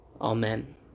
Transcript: Amen